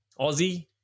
Aussie